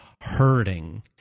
hurting